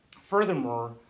Furthermore